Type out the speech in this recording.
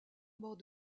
mort